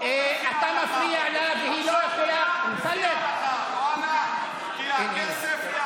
אבי חרמון, אבישג גולן,